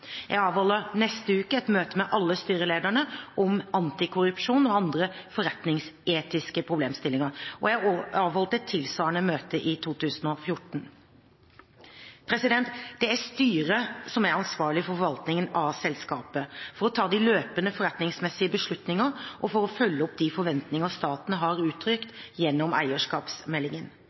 Jeg avholder i neste uke et møte med alle styrelederne om antikorrupsjon og andre forretningsetiske problemstillinger, og jeg avholdt et tilsvarende møte i 2014. Det er styret som er ansvarlig for forvaltningen av selskapet, for å ta de løpende forretningsmessige beslutninger og for å følge opp de forventningene staten har uttrykt gjennom eierskapsmeldingen.